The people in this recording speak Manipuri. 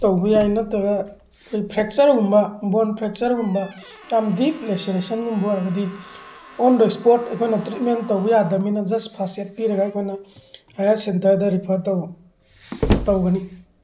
ꯇꯧꯕ ꯌꯥꯏ ꯅꯠꯇ꯭ꯔꯒ ꯐ꯭ꯔꯦꯛꯆꯔꯒꯨꯝꯕ ꯕꯣꯟ ꯐ꯭ꯔꯦꯛꯆꯔꯒꯨꯝꯕ ꯌꯥꯝ ꯗꯤꯞ ꯂꯦꯁꯦꯂꯦꯁꯟꯒꯨꯝꯕ ꯑꯣꯏꯔꯒꯗꯤ ꯑꯣꯟ ꯗ ꯁ꯭ꯄꯣꯠ ꯑꯩꯈꯣꯏꯅ ꯇ꯭ꯔꯤꯠꯃꯦꯟ ꯇꯧꯕ ꯌꯥꯗꯕꯅꯤꯅ ꯖꯁ ꯐꯥꯔꯁ ꯑꯦꯗ ꯄꯤꯔꯒ ꯑꯩꯈꯣꯏꯅ ꯍꯌꯥꯔ ꯁꯦꯟꯇꯔꯗ ꯔꯤꯐꯔ ꯇꯧꯒꯅꯤ